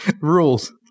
Rules